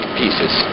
pieces